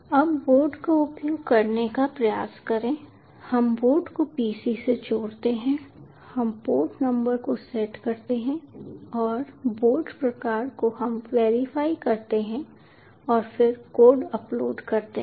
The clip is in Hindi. अब बोर्ड का उपयोग करने का प्रयास करें हम बोर्ड को PC से जोड़ते हैं हम पोर्ट नंबर को सेट करते हैं और बोर्ड प्रकार को हम वेरीफाई करते हैं और फिर कोड अपलोड करते हैं